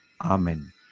Amen